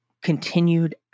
continued